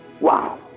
Wow